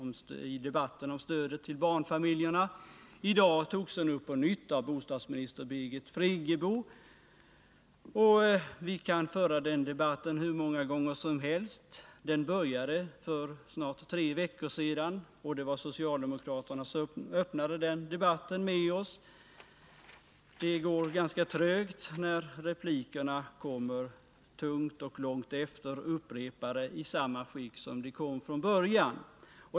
I dag togs denna fråga på nytt upp, denna gång av bostadsminister Birgit Friggebo. Vi kan föra den debatten hur många gånger som helst — den började för snart tre veckor sedan, och det var socialdemokraterna som öppnade debatten med oss. Men det går ganska trögt när replikerna kommer tungt, långt i efterhand, och samma argument upprepas.